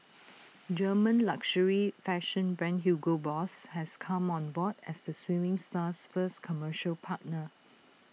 German luxury fashion brand Hugo boss has come on board as the swimming star's first commercial partner